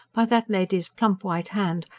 by that lady's plump white hand,